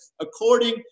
According